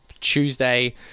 Tuesday